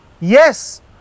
Yes